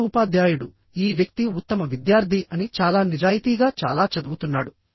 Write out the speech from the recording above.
ప్రతి ఉపాధ్యాయుడు ఈ వ్యక్తి ఉత్తమ విద్యార్థి అని చాలా నిజాయితీగా చాలా చదువుతున్నాడు